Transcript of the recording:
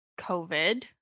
COVID